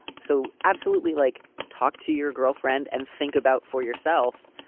so absolutely. like talk to your girlfriend and think about for yourself.